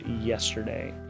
yesterday